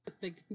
Big